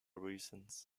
reasons